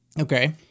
Okay